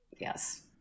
Yes